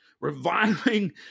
Reviving